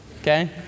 Okay